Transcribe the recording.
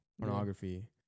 pornography